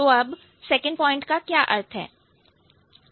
तो अब second point का क्या अर्थ है